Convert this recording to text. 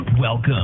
Welcome